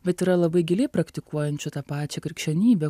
bet yra labai giliai praktikuojančių tą pačią krikščionybę